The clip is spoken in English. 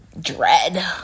dread